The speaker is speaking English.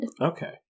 Okay